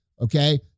Okay